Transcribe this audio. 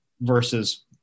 versus